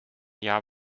jahr